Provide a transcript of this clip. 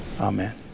Amen